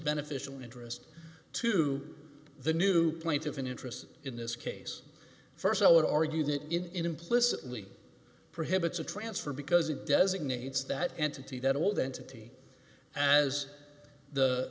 beneficial interest to the new point of an interest in this case st i would argue that implicitly prohibits a transfer because it designates that entity that old entity as the